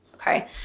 Okay